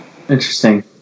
Interesting